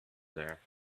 there